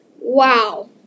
Wow